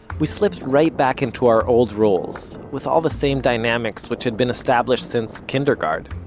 we slipped right back into our old roles, with all the same dynamics, which had been established since kindergarten.